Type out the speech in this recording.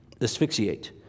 asphyxiate